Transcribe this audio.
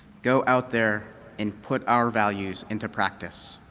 go out there and put our values into practice.